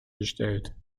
gestellt